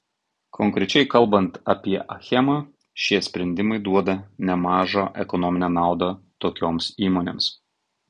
konkrečiai kalbant apie achemą šie sprendimai duoda nemažą ekonominę naudą tokioms įmonėms